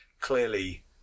clearly